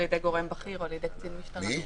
ידי גורם בכיר או על ידי קצין משטרה.